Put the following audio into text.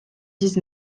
dix